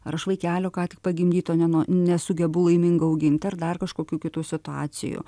ar aš vaikelio ką tik pagimdyto o ne nuo nesugebu laimingai augint ar dar kažkokių kitų situacijų